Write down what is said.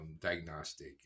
diagnostic